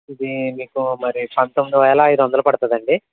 ఇదీ మీకు మరీ పంతొమ్మిది వేల ఐదు వందలు పడుతుందండి